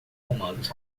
comandos